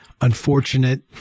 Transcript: unfortunate